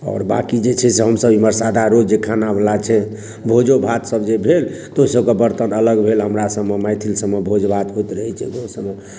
आओर बाकी जे छै से हम सभ इमहर सादा रोज जे खाना बला छै भोजो भात सभ जे भेल तऽ ओहि सभके बर्तन अलग भेल हमरा सभमे मैथिल सभमे भोज भात होइत रहै छै गाँव सभमे